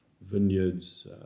vineyards